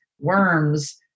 worms